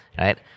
right